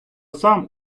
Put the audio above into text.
сам